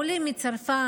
העולים מצרפת,